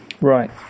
Right